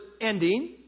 ending